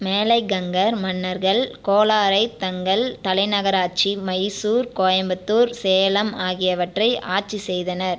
மேலை கங்கர் மன்னர்கள் கோலாரை தங்கள் தலைநகராட்சி மைசூர் கோயம்புத்தூர் சேலம் ஆகியவற்றை ஆட்சி செய்தனர்